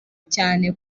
cyane